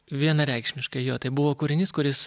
vienareikšmiškai jo tai buvo kūrinys kuris